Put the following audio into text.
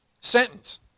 sentence